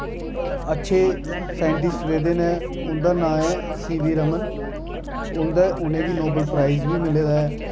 अच्छे साइंटिस्ट रेह् दे न उं'दा नांऽ ऐ सीवी रमन उं'दा उ'नें गी नोबेल प्राइज बी मिले दा ऐ